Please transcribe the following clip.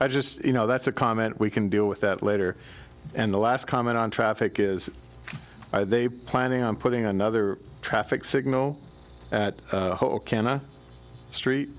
i just you know that's a comment we can deal with that later and the last comment on traffic is they are planning on putting another traffic signal at cana street